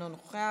אינו נוכח,